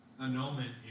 annulment